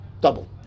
double